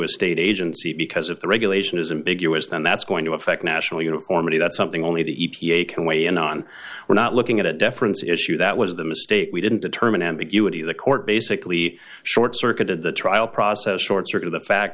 a state agency because if the regulation isn't big us then that's going to affect national uniformity that's something only the e p a can weigh in on we're not looking at a difference issue that was the mistake we didn't determine ambiguity the court basically short circuited the trial process short circuit the fact